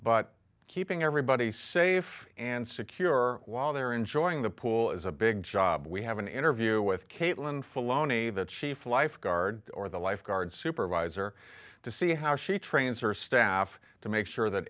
but keeping everybody safe and secure while they're enjoying the pool is a big job we have an interview with caitlin filoni the chief lifeguard or the lifeguard supervisor to see how she trains or staff to make sure that